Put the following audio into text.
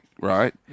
right